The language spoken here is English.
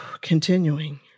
Continuing